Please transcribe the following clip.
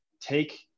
Take